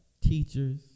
teachers